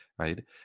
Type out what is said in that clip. right